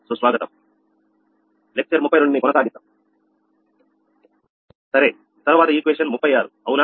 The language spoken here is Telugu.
సరే తరువాత సమీకరణం 36 అవునా